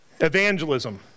evangelism